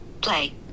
Play